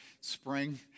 spring